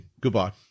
Goodbye